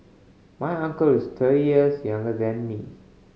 my uncle is thirty years younger than me